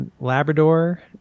Labrador